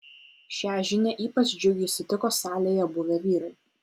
šią žinią ypač džiugiai sutiko salėje buvę vyrai